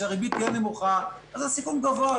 שהריבית תהיה נמוכה אז הסיכון גבוה,